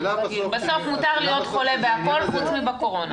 בסוף מותר להיות חולה בכול, חוץ מבקורונה.